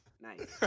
nice